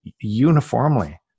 uniformly